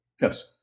Yes